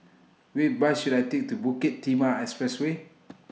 Which Bus should I Take to Bukit Timah Expressway